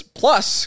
plus